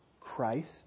Christ